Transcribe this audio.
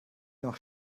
noch